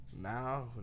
now